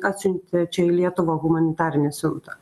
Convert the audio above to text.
atsiuntė čia į lietuvą humanitarinę siuntą